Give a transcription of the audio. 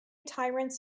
tyrants